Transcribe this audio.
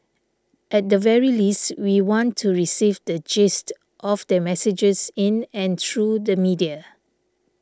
at the very least we want to receive the gist of their messages in and through the media